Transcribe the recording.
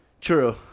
True